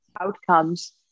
outcomes